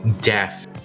death